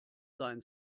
sein